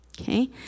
okay